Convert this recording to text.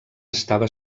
estava